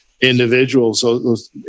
individuals